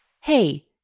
Hey